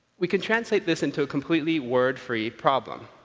we can translate this into a completely word free problem.